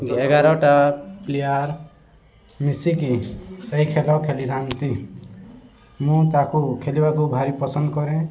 ଏଗାରଟା ପ୍ଲେୟାର ମିଶିକି ସେହି ଖେଳ ଖେଳିଥାନ୍ତି ମୁଁ ତାକୁ ଖେଳିବାକୁ ଭାରି ପସନ୍ଦ କରେ